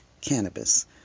Cannabis